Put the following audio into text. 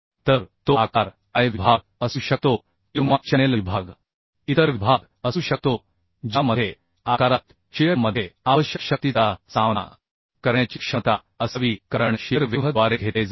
तर तो आकार I विभाग असू शकतो किंवा चॅनेल विभाग इतर विभाग असू शकतो ज्यामध्ये आकारात शिअर मध्ये आवश्यक शक्तीचा सामना करण्याची क्षमता असावी कारण शिअर वेव्ह द्वारे घेतले जाईल